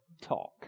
talk